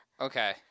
Okay